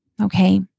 okay